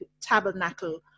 Tabernacle